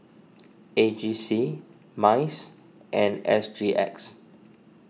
A G C Minds and S G X